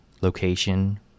location